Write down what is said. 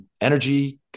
energy